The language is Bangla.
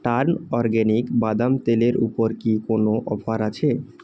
টার্ন অরগ্যানিক বাদাম তেলের উপর কি কোনো অফার আছে